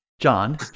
John